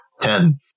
ten